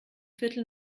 viertel